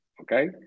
okay